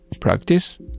practice